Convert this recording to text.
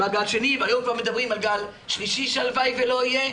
בא גל שני והיום כבר מדברים על גל שלישי שהלוואי ולא יהיה,